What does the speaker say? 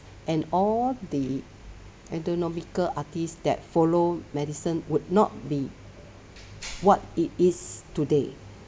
and all the anatomical artists that follow medicine would not be what it is today